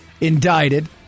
indicted